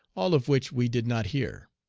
all of which we did not hear.